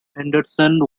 henderson